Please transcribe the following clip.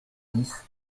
dix